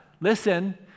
Listen